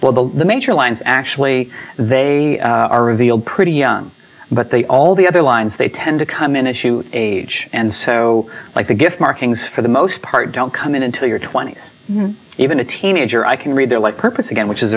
well the major lines actually they are revealed pretty young but they all the other lines they tend to come in a shoe age and so like the gift markings for the most part don't come in until your twenty's even a teenager i can read their life purpose again which is